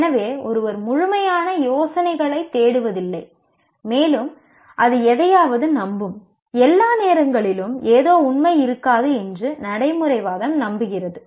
எனவே ஒருவர் முழுமையான யோசனைகளைத் தேடுவதில்லை மேலும் அது எதையாவது நம்பும் எல்லா நேரங்களிலும் ஏதோ உண்மை இருக்காது என்று நடைமுறைவாதம் நம்புகிறது